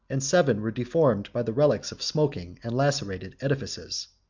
and seven were deformed by the relics of smoking and lacerated edifices.